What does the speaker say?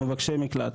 מבקשי מקלט,